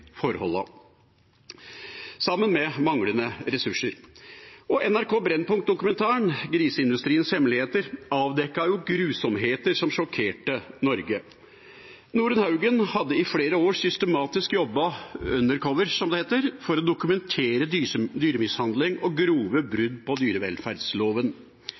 sammen med manglende ressurser. NRK Brennpunkt-dokumentaren Griseindustriens hemmeligheter avdekket grusomheter som sjokkerte Norge. Norun Haugen hadde i flere år systematisk jobbet undercover, som det heter, for å dokumentere dyremishandling og grove brudd på dyrevelferdsloven.